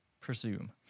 presume